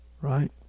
right